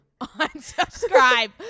unsubscribe